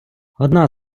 одна